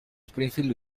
springfield